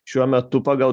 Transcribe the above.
šiuo metu pagal